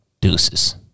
deuces